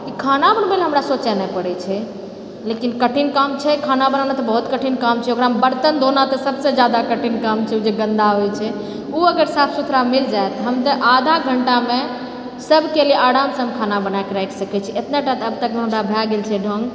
कि खाना बनबय ले हमरा सोचय नहि पड़ैत छै लेकिन कठिन काम छै खाना बनोने तऽ बहुत कठिन कामछै ओकरामे बर्तन धोना तऽ सबसँ जादा कठिन काम छै ओ जे गन्दा होइत छै ओ अगर साफ सुथरा मिल जाए हम तऽ आधा घण्टामे सबकेँ लिअऽ आरामसँ हम खाना बनाके राखि सकैत छी इतने तक तऽ आब हमरा भए गेलछै ढ़ङ्ग